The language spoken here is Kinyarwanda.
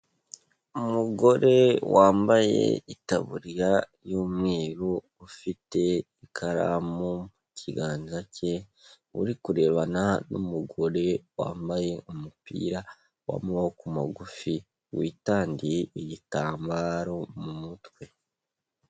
Umugore wambaye itaburiya y'umweru ufite ikaramu mu kiganza cye, uri kurebana n'umugore wambaye umupira w'amaboko magufi, witandiye igitambaro mu mutwe.